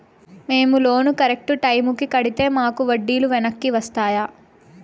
మేము loan correct టైముకి కట్టితే మాకు వడ్డీ లు వెనక్కి వస్తాయా?